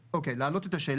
אוקיי, אני אענה על השאלה.